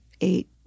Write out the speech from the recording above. eight